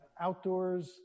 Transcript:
outdoors